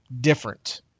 different